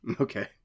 Okay